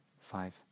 five